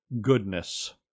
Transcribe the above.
goodness